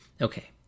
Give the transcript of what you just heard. Okay